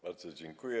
Bardzo dziękuję.